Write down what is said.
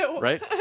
Right